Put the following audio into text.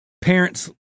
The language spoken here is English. Parents